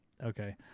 Okay